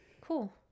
Cool